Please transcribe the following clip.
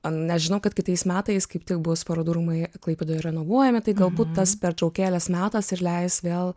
nes žinau kad kitais metais kaip tik bus parodų rūmai klaipėdoje renovuojami tai galbūt tas pertraukėlės metas ir leis vėl